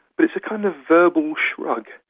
but it's a kind of verbal shrug.